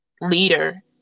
leader